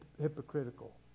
hypocritical